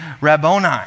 Rabboni